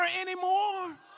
anymore